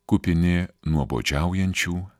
kupini nuobodžiaujančių